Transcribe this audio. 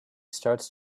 starts